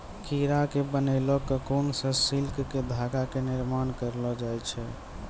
कीड़ा के बनैलो ककून सॅ सिल्क के धागा के निर्माण करलो जाय छै